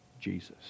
Jesus